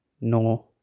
no